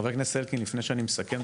חבר הכנסת אלקין, תרצה